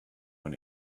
when